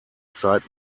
zeit